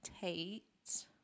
Tate